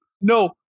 No